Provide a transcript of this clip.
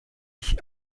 ich